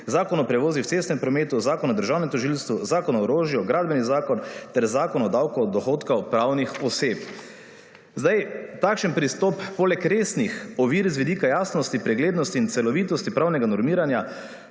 Zakon o prevozih v cestnem prometu, Zakon o Državnem tožilstvu, Zakon o orožju, gradbeni zakon ter Zakon o davku od dohodkov pravnih oseb. Zdaj, takšen pristop poleg resnih ovir z vidika jasnosti, preglednosti in celovitosti pravnega normiranja